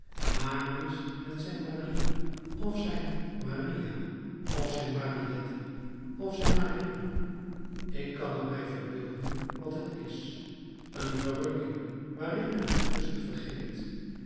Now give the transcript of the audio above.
marius met zijn marie of zijn maria of zijn mariëtte of zijn marion ik kan t mij verbeelden wat het is een verrukking waarin men het kussen vergeet